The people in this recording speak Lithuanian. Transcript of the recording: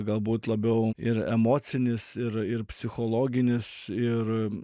galbūt labiau ir emocinis ir ir psichologinis ir